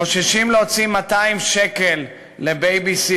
חוששים להוציא 200 שקל לבייביסיטר,